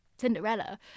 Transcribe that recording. Cinderella